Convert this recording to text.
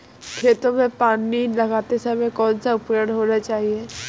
खेतों में पानी लगाते समय कौन सा उपकरण होना चाहिए?